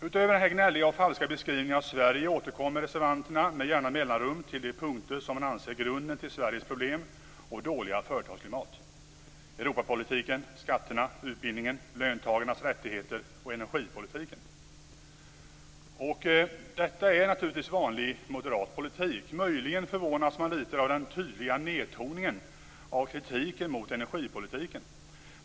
Utöver denna gnälliga och falska beskrivning av Sverige återkommer reservanterna med jämna mellanrum till de punkter som man anser är grunden till Sveriges problem och dåliga företagsklimat: Europapolitiken, skatterna, utbildningen, löntagarnas rättigheter och energipolitiken. Detta är naturligtvis vanlig moderat politik. Möjligen förvånas man lite av den tydliga nedtoningen av kritiken mot energipolitiken.